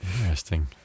Interesting